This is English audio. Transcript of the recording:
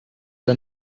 the